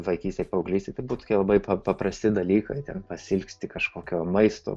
vaikystėj paauglystėj turbūt labai pa paprasti dalykai ten pasiilgsti kažkokio maisto